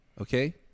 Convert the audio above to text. okay